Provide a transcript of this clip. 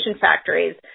factories